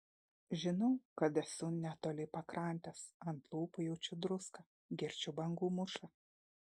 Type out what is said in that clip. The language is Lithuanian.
žinau kad esu netoli pakrantės ant lūpų jaučiu druską girdžiu bangų mūšą